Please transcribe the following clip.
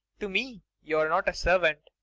to me you're not a servant.